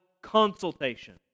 consultation